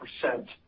percent